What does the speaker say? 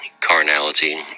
carnality